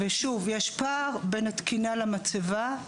יש פער בין התקינה למצבה.